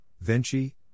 Vinci